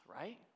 right